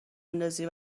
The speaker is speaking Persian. بندازی